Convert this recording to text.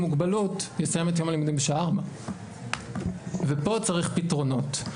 מוגבלות יסיים את יום הלימודים בשעה 16:00. ופה צריך פתרונות.